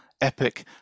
epic